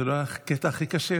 זה לא היה הקטע הכי קשה?